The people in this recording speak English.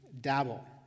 dabble